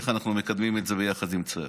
איך אנחנו מקדמים את זה ביחד עם צה"ל.